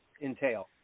entail